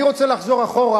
אני רוצה לחזור אחורה,